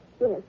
Yes